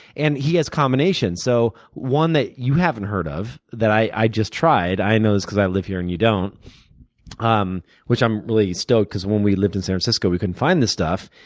and he has combinations. so one that you haven't heard of that i just tried i know this because i live here and you don't um which i'm really stoked because when we lived in san francisco, we couldn't find this stuff.